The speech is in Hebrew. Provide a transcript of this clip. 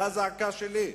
זו הזעקה שלי,